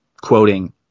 quoting